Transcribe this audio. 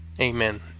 Amen